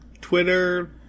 Twitter